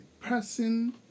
person